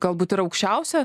galbūt ir aukščiausia